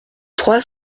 trois